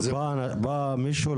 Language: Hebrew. בא מישהו,